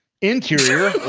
Interior